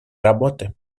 работы